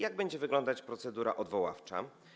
Jak będzie wyglądać procedura odwoławcza?